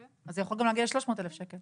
אז זה יכול גם להגיע ל-300,000 שקל.